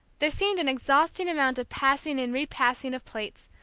there seemed an exhausting amount of passing and repassing of plates.